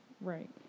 right